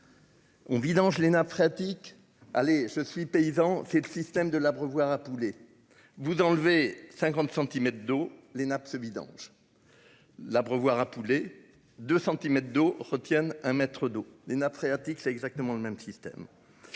On vidange les nappes phréatiques. Allez je suis paysan c'est le système de l'Abreuvoir a poulet. Vous enlever 50 centimètres d'eau, les nappes se vidange. L'abreuvoir a poulet de centimètres d'eau retiennent un mètre d'eau des nappes phréatiques. C'est exactement le même système.